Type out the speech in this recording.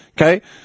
Okay